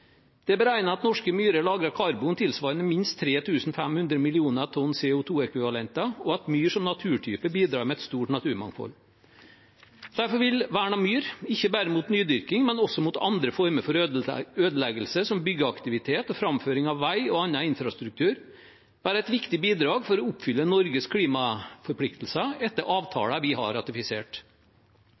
Det er beregnet at norske myrer lagrer karbon tilsvarende minst 3 500 mill. tonn CO 2 -ekvivalenter, og at myr som naturtype bidrar med et stort naturmangfold. Derfor vil vern av myr, ikke bare mot nydyrking, men også mot andre former for ødeleggelse, som byggeaktivitet og framføring av vei og annen infrastruktur, være et viktig bidrag for å oppfylle Norges klimaforpliktelser etter avtaler vi har ratifisert.